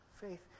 Faith